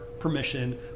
Permission